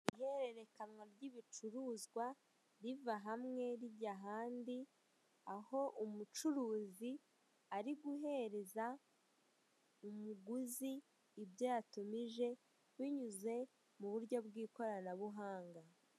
Ihererekanwa ry'ibicuruzwa riva hamwe rijya ahandi, aho umucuruzi ari guhereza umuguzi ibyo yatumije binyuze mu buryo bw'ikoranabuhanga.